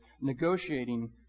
negotiating